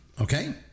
okay